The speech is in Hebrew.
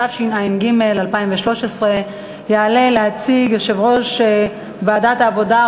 התשע"ג 2013. יעלה להציג יושב-ראש ועדת העבודה,